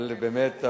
באמת,